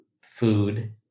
food